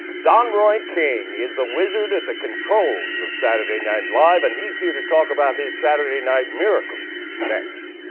don roy king is the wizard at the controls of saturday night live and he's here to talk about his saturday night miracles. next.